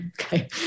okay